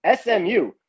SMU